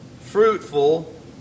fruitful